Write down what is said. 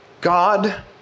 God